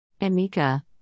Amika